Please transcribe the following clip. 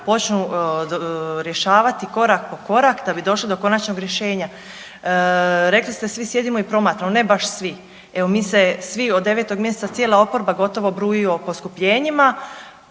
počnu rješavati korak po korak da bi došli do konačnog rješenja. Rekli ste svi sjedimo i promatramo, ne baš svi. Evo mi se svi od 9. mjeseca, cijela oporba gotovo bruji o poskupljenjima.